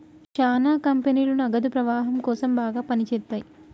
శ్యానా కంపెనీలు నగదు ప్రవాహం కోసం బాగా పని చేత్తయ్యి